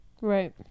right